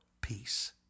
peace